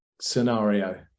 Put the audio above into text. scenario